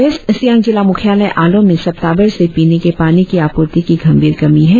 waste Siang जिला मुख्यलय आलो में सप्ताहभर से पीने के पानी की आपूर्ति की गंभीर कमी है